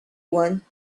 want